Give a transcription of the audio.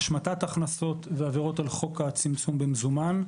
השמטת הכנסות ועבירות על חוק הצמצום במזומן.